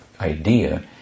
idea